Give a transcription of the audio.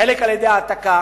חלק על-ידי העתקה,